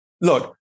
Look